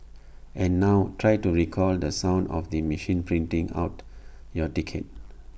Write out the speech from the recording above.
and now try to recall the sound of the machine printing out your ticket